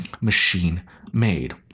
machine-made